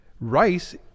Rice